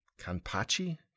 kanpachi